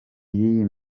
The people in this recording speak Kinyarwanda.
y’iyi